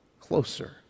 closer